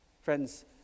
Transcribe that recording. Friends